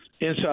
inside